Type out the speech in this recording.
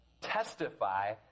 testify